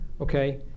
okay